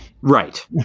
Right